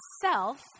self